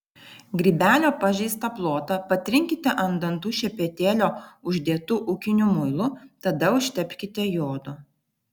grybelio pažeistą plotą patrinkite ant dantų šepetėlio uždėtu ūkiniu muilu tada užtepkite jodo